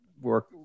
work